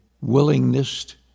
willingness